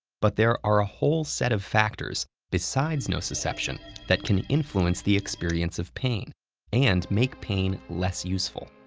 but there are a whole set of factors besides nociception that can influence the experience of pain and make pain less useful.